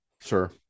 sure